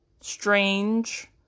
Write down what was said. strange